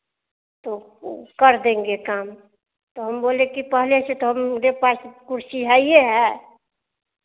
तो उ कर देंगे काम तो हम बोले कि पहले से तो हमरे पास कुर्सी हइए है